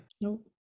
Nope